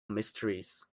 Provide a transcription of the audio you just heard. mysteries